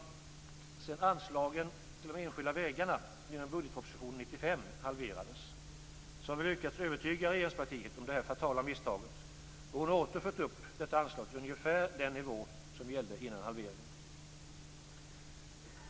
Sedan anslagen till de enskilda vägarna genom budgetpropositionen 1995 halverades har vi lyckats övertyga regeringspartiet om detta fatala misstag och nu åter fått upp detta anslag till ungefär den nivå som gällde innan halveringen.